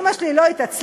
אימא שלי לא התעצלה,